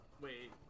Wait